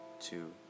two